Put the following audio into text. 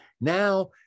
Now